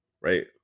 right